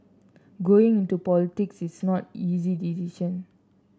going into politics is not easy decision